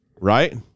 right